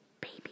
baby